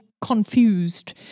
confused